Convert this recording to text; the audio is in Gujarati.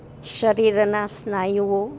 શરીરનાં સ્નાયુઓ